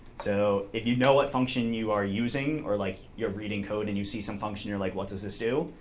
so if you know what function you are using, or like you're reading code and you see some function and you're like, what does this do?